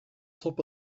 top